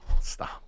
stop